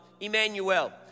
Emmanuel